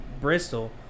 Bristol